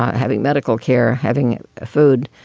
having medical care, having food.